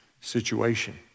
situation